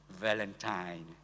Valentine